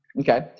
okay